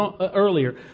earlier